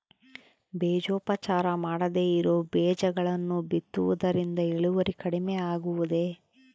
ಬೇಜೋಪಚಾರ ಮಾಡದೇ ಇರೋ ಬೇಜಗಳನ್ನು ಬಿತ್ತುವುದರಿಂದ ಇಳುವರಿ ಕಡಿಮೆ ಆಗುವುದೇ?